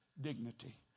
Dignity